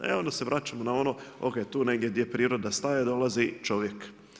E onda se vraćamo na ono o.k. tu negdje gdje priroda staje dolazi čovjek.